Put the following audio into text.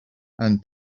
and